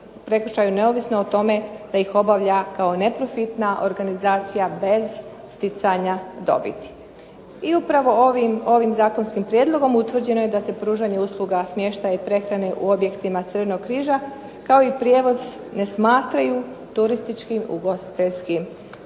prekršaju neovisno o tome je li ga obavlja kao neprofitna organizacija bez stjecanja dobiti. Upravo ovim zakonskim prijedlogom utvrđeno je da se pružanje usluga smještaja i prehrane u objektima Crvenog križa kao i prijevoz ne smatraju turističkim ugostiteljskom djelatnošću.